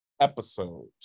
episodes